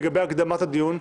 לגבי הקדמת הדיון,